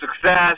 Success